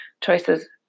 choices